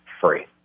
free